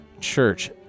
church